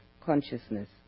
consciousness